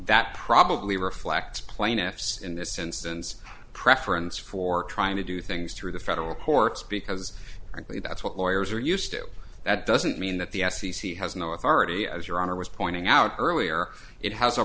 that probably reflects plaintiffs in this instance preference for trying to do things through the federal courts because frankly that's what lawyers are used to that doesn't mean that the f c c has no authority as your honor was pointing out earlier it has a